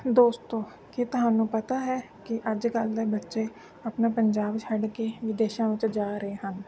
ਦੋਸਤੋ ਕੀ ਤੁਹਾਨੂੰ ਪਤਾ ਹੈ ਕਿ ਅੱਜ ਕੱਲ੍ਹ ਦੇ ਬੱਚੇ ਆਪਣਾ ਪੰਜਾਬ ਛੱਡ ਕੇ ਵਿਦੇਸ਼ਾਂ ਵਿੱਚ ਜਾ ਰਹੇ ਹਨ